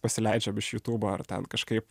pasileidžiam iš jutubo ar ten kažkaip